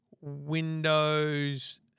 Windows